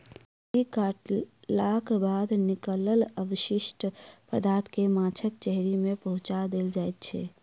मुर्गी के काटलाक बाद निकलल अवशिष्ट पदार्थ के माछक हेचरी मे पहुँचा देल जाइत छै